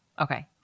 Okay